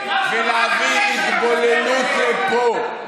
להביא התבוללות לפה.